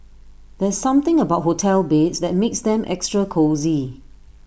there's something about hotel beds that makes them extra cosy